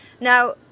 Now